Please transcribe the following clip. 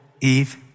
Eve